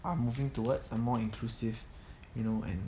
are moving towards are more inclusive you know and